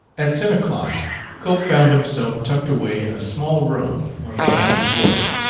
at ten o'clock cope found himself tucked away in a small room on the ground floor.